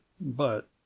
But—